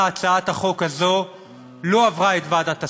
שהצעת החוק הזאת לא עברה את ועדת השרים,